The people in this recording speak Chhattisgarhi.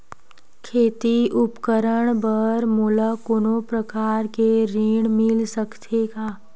खेती उपकरण बर मोला कोनो प्रकार के ऋण मिल सकथे का?